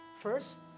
First